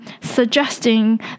suggesting